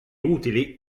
utili